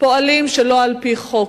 פועלים שלא על-פי חוק?